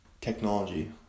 technology